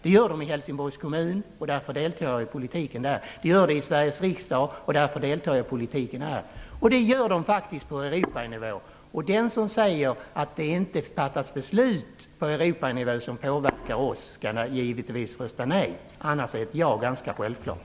Det gör de i Helsingborgs kommun, och därför deltar jag i politiken där. Det gör de i Sveriges riksdag, och därför deltar jag i politiken här. Det gör de faktiskt också på Europanivå. Den som säger att det inte fattas beslut på Europanivå vilka påverkar oss skall givetvis rösta nej. Annars är ett ja ganska självklart.